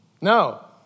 No